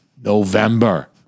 November